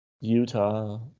Utah